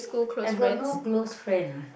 I got no close friend ah